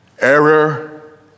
Error